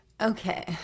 Okay